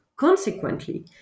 Consequently